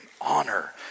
honor